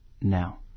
Now